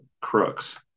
crooks